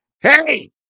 hey